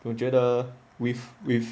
总觉得 with with